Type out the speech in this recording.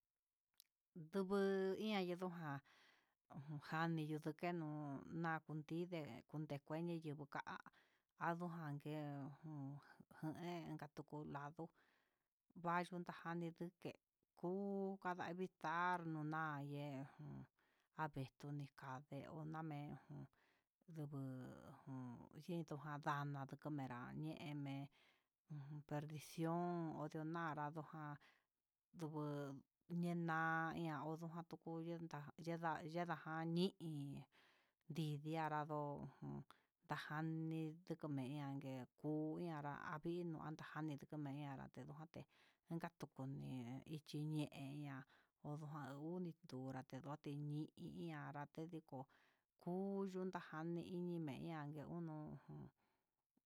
Nndungu iin an nduku jan, jani yuku njenó tinde yunekueni yunka, andunjan ke'e ujun jan en ngatuku lado vayuu nguanjani kuu, nguen guu kadavii ta'á, nayen ngun avetuni kayé, onamen jun ndubuu, un ndikon ka'a ndana ndikomerán ye'eme perdición, ondio nayanro ján ndunguu yena'a iin an ndoko jan nduku ye'e ndenda yenijan ñe'e hí i tinre anradó, ajan nin ndikomen ñake kuu hi anranvii ñajani ndukumeña ndinroján, nde takuu kuñe'e ichí ñe'e jan angujan uñii ndura niote nuñe hi i, ña'a nratriko kuu yuu jani ini kuñameriá, udon no'o